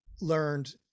learned